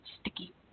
sticky